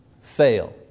fail